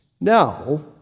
Now